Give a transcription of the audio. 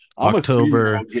October